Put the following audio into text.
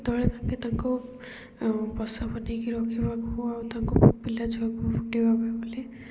ଯେତେବେଳେ ତାଙ୍କେ ତାଙ୍କୁ ବସା ବନାଇକି ରଖିବାକୁ ଆଉ ତାଙ୍କୁ ପିଲା ଛୁଆକୁ